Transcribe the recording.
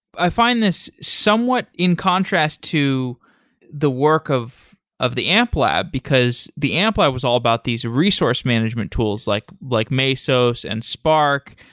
i find this somewhat in contrast to the work of of the amplab, because the amplab was all about these resource management tools, like like mesos and spark,